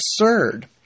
absurd